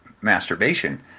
masturbation